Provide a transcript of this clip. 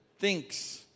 thinks